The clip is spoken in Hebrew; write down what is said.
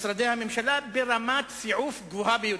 משרדי הממשלה, ברמת סיעוף גבוהה ביותר.